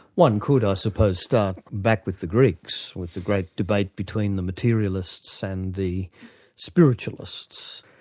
one could i suppose start back with the greeks, with the great debate between the materialists and the spiritualists.